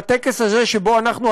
בטקס הזה שבו אנחנו,